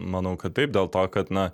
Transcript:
manau kad taip dėl to kad na